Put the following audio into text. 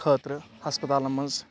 خٲطرٕ ہسپتالَن منٛز